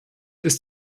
ist